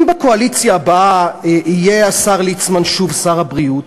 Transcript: אם בקואליציה הבאה יהיה השר ליצמן שוב שר הבריאות,